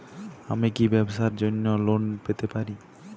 আমি কি ব্যবসার জন্য লোন পেতে পারি?